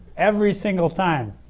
every single time,